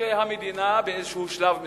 שהמדינה באיזה שלב מסוים,